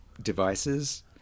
devices